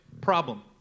problem